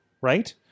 right